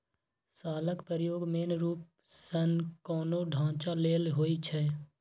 शालक प्रयोग मेन रुप सँ कोनो ढांचा लेल होइ छै